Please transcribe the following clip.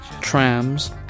Trams